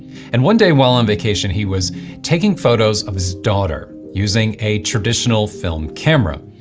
and one day while on vacation, he was taking photos of his daughter using a traditional film camera.